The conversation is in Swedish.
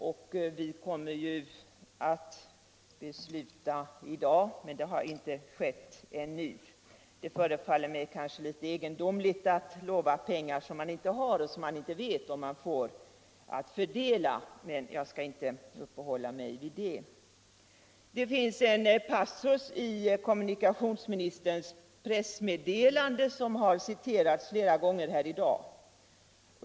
Beslutet kommer att fattas i dag, men det har inte skett ännu. Det förefaller mig kanske litet egendomligt att lova pengar som man inte har och som man inte vet om man får att fördela, men jag skall inte uppehålla mig vid det. Det finns en passus i kommunikationsministerns pressmeddelande, som har citerats flera gånger här i dag.